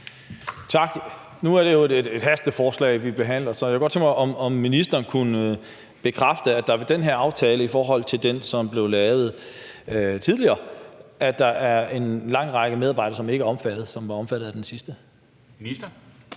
Tak. Nu er det jo et hasteforslag, vi behandler, så jeg kunne godt tænke mig at høre, om ministeren kan bekræfte, at der med den her aftale er en lang række medarbejdere, som ikke er omfattet, men som var omfattet af den tidligere